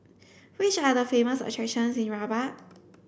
which are the famous attractions in Rabat